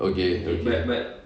okay okay